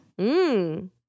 Mmm